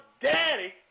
daddy